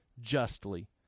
justly